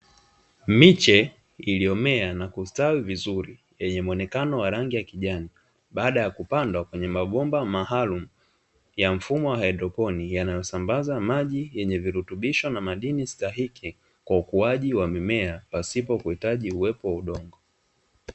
Miche iliyomea na kustawi vizuri yenye muonekano wa rangi ya kijani, baada ya kupandwa kwenye mabomba maalumu ya mfumo wa haidroponi yanayosambaza maji yenye virutubisho na madini stahiki kwa ukuaji wa mimea pasipo kuhitaji uwepo wa udongo.